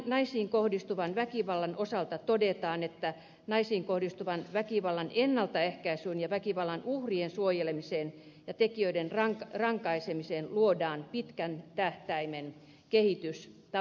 naisiin kohdistuvan väkivallan osalta todetaan että naisiin kohdistuvan väkivallan ennaltaehkäisyyn ja väkivallan uhrien suojelemiseen ja tekijöiden rankaisemiseen luodaan pitkän tähtäimen kehitystavoitteet